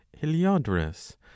heliodorus